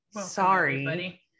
Sorry